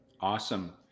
Awesome